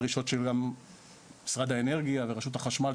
הדרישות של גם משרד האנרגיה וגם רשות החשמל,